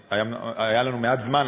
היה לנו מעט זמן,